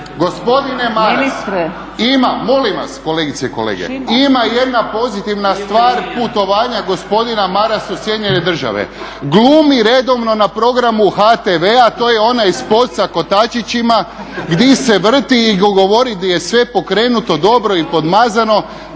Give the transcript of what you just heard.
i kolege, ima jedna pozitivna stvar putovanja gospodina Marasa u SAD-u, glumi redovno na programu HTV-a, to je onaj spot sa kotačićima gdi se vrti i govori di je sve pokrenuto, dobro i podmazano.